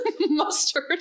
mustard